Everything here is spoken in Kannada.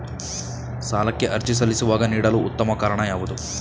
ಸಾಲಕ್ಕೆ ಅರ್ಜಿ ಸಲ್ಲಿಸುವಾಗ ನೀಡಲು ಉತ್ತಮ ಕಾರಣ ಯಾವುದು?